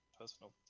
personal